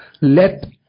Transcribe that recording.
let